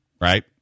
right